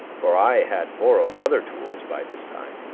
for i had borrowed other tools by this time.